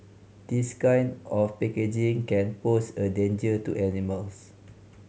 this kind of packaging can pose a danger to animals